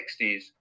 1960s